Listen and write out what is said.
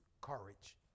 courage